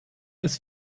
ist